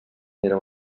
era